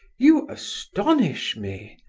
you astonish me,